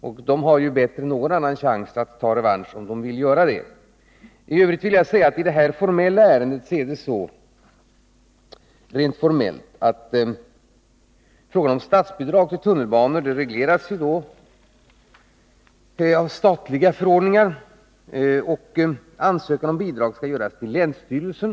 Väljarna har också bättre än någon annan part chansen att ta revansch, om de vill göra det. I övrigt är det rent formellt så i detta ärende att frågan om statsbidrag till tunnelbanor regleras av statliga förordningar. Ansökan om bidrag skall göras till länsstyrelsen.